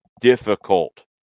difficult